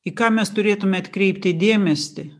į ką mes turėtume atkreipti dėmesį